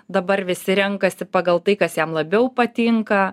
dabar visi renkasi pagal tai kas jam labiau patinka